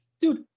Dude